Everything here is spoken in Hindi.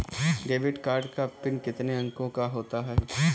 डेबिट कार्ड का पिन कितने अंकों का होता है?